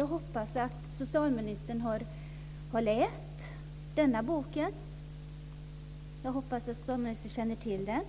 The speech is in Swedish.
Jag hoppas att socialministern har läst rapporten från Livsvillkorsprojektet. Av